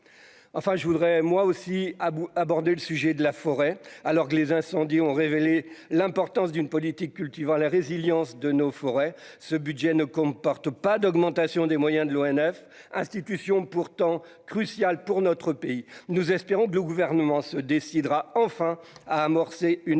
enfin je voudrais moi aussi Abou aborder le sujet de la forêt, alors que les incendies ont révélé l'importance d'une politique cultivant la résilience de nos forêts, ce budget ne comporte pas d'augmentation des moyens de l'ONF, institution pourtant crucial pour notre pays, nous espérons que le gouvernement se décidera enfin à amorcer une